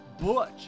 butch